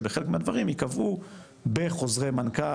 שבחלק מהדברים ייקבעו בחוזרי מנכ"ל,